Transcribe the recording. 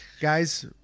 Guys